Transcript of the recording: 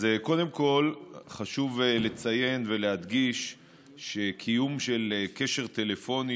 אז קודם כול חשוב לציין ולהדגיש שקיום קשר טלפוני